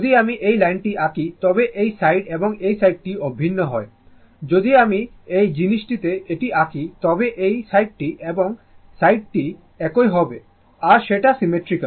যদি আমি এই লাইনটি আঁকি তবে এই সাইড এবং এই সাইডটি অভিন্ন হয় যদি আমি এই জিনিসটিতে এটি আঁকি তবে এই সাইডটি এবং সাইডটি একই হবে আর সেটা সিমেট্রিক্যাল